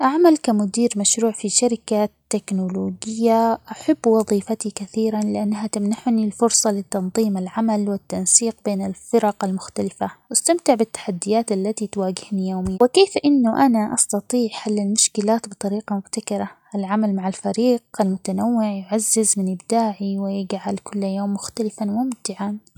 أعمل كمدير مشروع في شركة تكنولوجية، أحب وظيفتي كثيرًا؛ لأنها تمنحني الفرصة لتنظيم العمل، والتنسيق بين الفرق المختلفة، استمتع بالتحديات التي تواجهني يوميًا، وكيف إنه أنا استطيع حل المشكلات بطريقة مبتكرة ، العمل مع الفريق المتنوع يعزز من إبداعي ،ويجعل كل يوم مختلفًا ،وممتعًا.